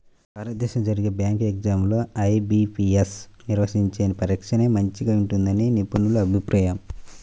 భారతదేశంలో జరిగే bank exams లో ఐ.బీ.పీ.యస్ నిర్వహించే పరీక్షనే మంచిగా ఉంటుందని నిపుణుల అభిప్రాయం